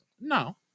No